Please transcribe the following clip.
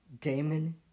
Damon